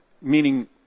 meaning